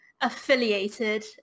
affiliated